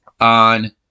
on